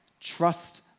Trust